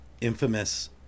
infamous